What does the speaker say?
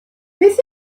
beth